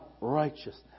righteousness